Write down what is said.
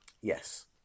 Yes